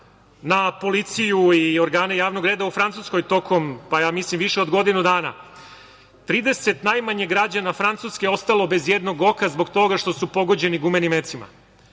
na policiju i organe javnog reda u Francuskoj tokom, pa mislim, više od godinu dana, 30 najmanje građana Francuske ostalo mislim bez jednog oka, zbog toga što su pogođeni gumenim mecima.